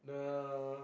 the